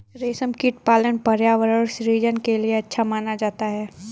रेशमकीट पालन पर्यावरण सृजन के लिए अच्छा माना जाता है